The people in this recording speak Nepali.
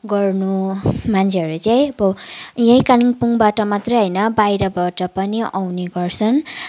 गर्नु मान्छेहरू चाहिँ यहीँ कालेबुङबाट मात्रै होइन बाहिरबाट आउने गर्छन्